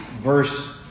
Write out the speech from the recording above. verse